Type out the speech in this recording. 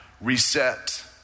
reset